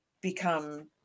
become